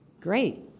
Great